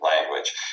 language